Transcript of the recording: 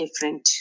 different